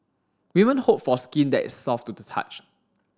women hope for skin that is soft to the touch